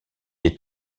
est